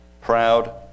proud